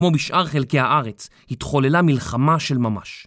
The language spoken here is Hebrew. כמו בשאר חלקי הארץ, התחוללה מלחמה של ממש.